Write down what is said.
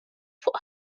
fuq